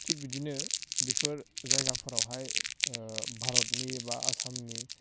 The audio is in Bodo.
थिग बिदिनो बिफोर जायगाफोरावहाय भारतनि बा आसामनि